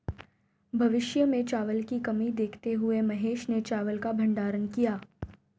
भविष्य में चावल की कमी देखते हुए महेश ने चावल का भंडारण किया